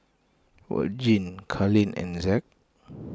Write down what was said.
Vergil Karlene and Zack